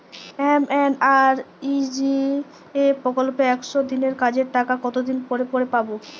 MNREGA প্রকল্পে একশ দিনের কাজের টাকা কতদিন পরে পরে পাব?